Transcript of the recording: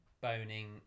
boning